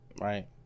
right